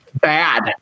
bad